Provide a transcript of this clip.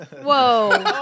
Whoa